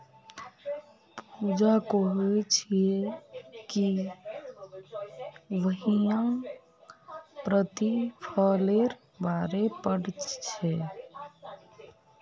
पूजा कोहछे कि वहियं प्रतिफलेर बारे पढ़ छे